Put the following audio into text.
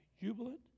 jubilant